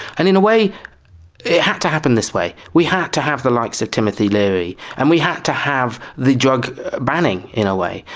and in a way it had to happen this way, we had to have the likes of timothy leary, and we had to have the drug banning, in a way,